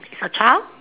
is a child